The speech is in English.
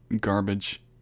garbage